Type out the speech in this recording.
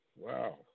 Wow